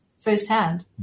firsthand